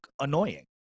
annoying